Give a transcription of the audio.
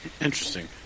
Interesting